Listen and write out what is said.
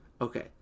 Okay